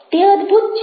તે અદભૂત છે